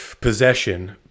possession